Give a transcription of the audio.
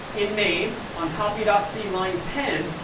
in main on copy dot c, line ten,